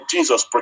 Jesus